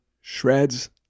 Shreds